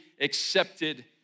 accepted